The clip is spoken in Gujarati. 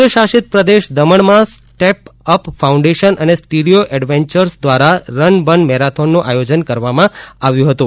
કેન્દ્ર શાસિત પ્રદેશ દમણમાં સ્ટેપઅપ ફાઉન્ડેશન અને સ્ટીરિયો ઍડવાચર્સ દ્વારા રન બન મૈરાથનનુ આયોજન કરવામાં આવ્યું હતું